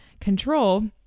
control